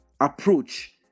approach